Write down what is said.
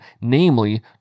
namely